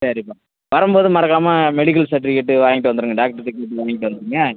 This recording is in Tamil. சரிப்பா வரும்போது மறக்காமல் மெடிக்கல் சர்ட்டிவிக்கேட்டு வாங்கிட்டு வந்துடுங்க டாக்டருகிட்ட கேட்டு வாங்கிட்டு வந்துடுங்க